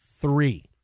Three